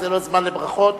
זה לא זמן לברכות.